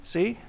See